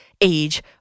age